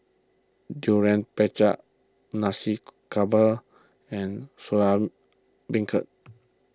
Durian Pengat Nasi Campur and Soya Beancurd